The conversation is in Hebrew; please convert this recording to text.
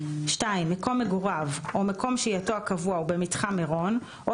מקום מגוריו או מקום שהייתו הקבוע הוא במתחם מירון או